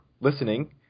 listening